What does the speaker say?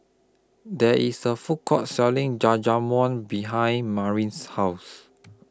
There IS A Food Court Selling Jajangmyeon behind Marin's House